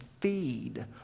feed